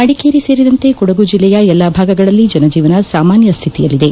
ಮಡಿಕೇರಿ ಸೇರಿದಂತೆ ಕೊಡಗು ಜಿಲ್ಲೆಯ ಎಲ್ಲಾ ಭಾಗಗಳಲ್ಲಿ ಜನ ಜೀವನ ಸಾಮಾನ್ಯ ಸ್ಥಿತಿಯಲ್ಲಿ ಇದೆ